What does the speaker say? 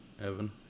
Evan